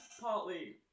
partly